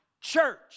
church